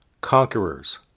conquerors